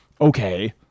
Okay